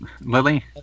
Lily